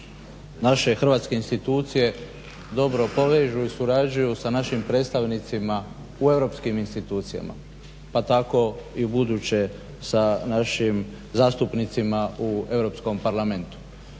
naše hrvatske institucije dobro povežu i surađuju sa našim predstavnicima u europskim institucijama, pa tako i u buduće sa našim zastupnicima u Europskom parlamentu.